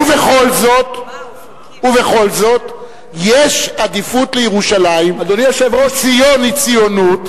ובכל זאת, יש עדיפות לירושלים כי ציון היא ציונות.